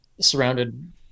surrounded